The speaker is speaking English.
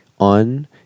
On